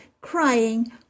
crying